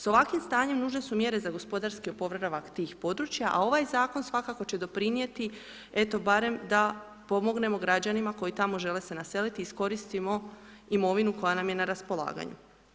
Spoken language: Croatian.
Sa ovakvim stanjem nužne su mjere za gospodarski oporavak tih područja, a ovaj zakon svakako će doprinijeti eto barem da pomognemo građanima koji tamo žele se naseliti i iskoristimo imovinu koja nam je na raspolaganju.